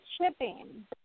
shipping